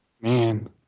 Man